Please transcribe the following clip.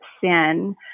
sin